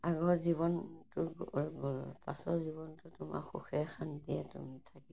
আগৰ জীৱনটো হৈ গ'ল পাছৰ জীৱনটো তোমাৰ সুখে শান্তিয়ে তুমি থাকিবা